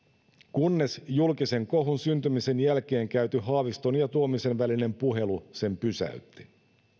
kunnes julkisen kohun syntymisen jälkeen käyty haaviston ja tuomisen välinen puhelu sen pysäytti